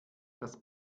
das